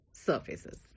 surfaces